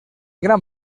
gran